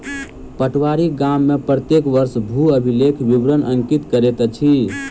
पटवारी गाम में प्रत्येक वर्ष भू अभिलेखक विवरण अंकित करैत अछि